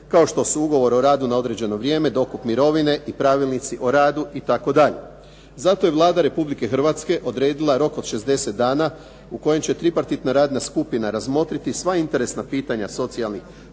kao što su ugovor o radu na određeno vrijeme, dokup mirovine i pravilnici o radu itd. Zato je Vlada Republike Hrvatske odredila rok od 60 dana u kojem će tripartitna radna skupina razmotriti sva interesna pitanja socijalnih